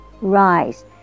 rise